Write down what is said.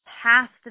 past